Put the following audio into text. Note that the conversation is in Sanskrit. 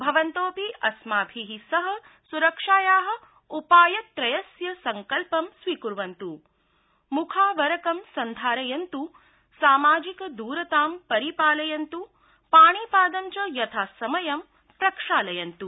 भवन्तोऽपि अस्माभि सह सुरक्षाया उपायत्रयस्य सड्कल्पं स्वीकुर्वन्तु मुखावरकं सन्धारयन्त् सामाजिकद्रता परिपालयन्त पाणिपादं च यथासमयं प्रक्षालयन्त्